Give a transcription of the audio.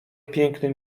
pięknym